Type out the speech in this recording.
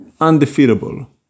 undefeatable